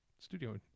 studio